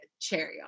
cherry